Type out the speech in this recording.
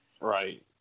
Right